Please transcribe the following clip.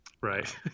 Right